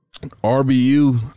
RBU